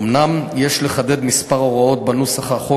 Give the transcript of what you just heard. אומנם יש לחדד כמה הוראות בנוסח החוק